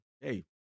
hey